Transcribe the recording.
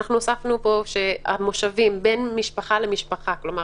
הוספנו פה שבין משפחה למשפחה כלומר,